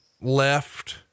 left